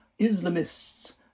Islamists